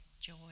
joy